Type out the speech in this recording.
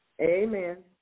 Amen